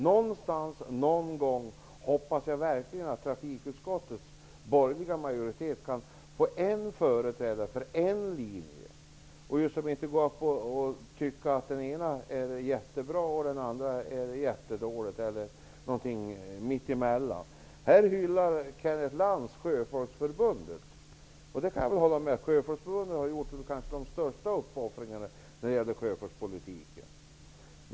Någonstans, någon gång hoppas jag verkligen att trafikutskottets borgerliga majoritet kan få en företrädare för en linje i stället för att tycka att det ena är jättebra, det andra är jättedåligt eller något mitt emellan. Här hyllar Kenneth Lantz Sjöfolksförbundet. Jag kan hålla med om att Sjöfolksförbundet har gjort de största uppoffringarna när det gäller sjöfartspolitiken.